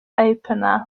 opener